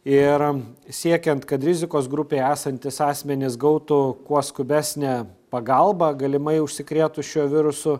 ir siekiant kad rizikos grupėje esantys asmenys gautų kuo skubesnę pagalbą galimai užsikrėtus šiuo virusu